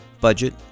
budget